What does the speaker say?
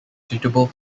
suitable